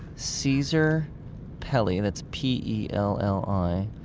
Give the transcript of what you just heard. caesar pelli, and that's p e l l i,